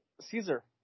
Caesar